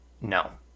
no